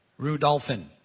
Rudolphin